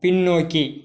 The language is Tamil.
பின்னோக்கி